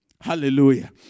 Hallelujah